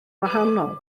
wahanol